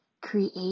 create